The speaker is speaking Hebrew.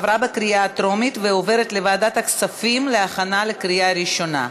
עברה בקריאה טרומית ועוברת לוועדת הכספים להכנה לקריאה ראשונה.